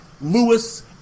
Lewis